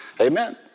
Amen